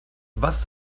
was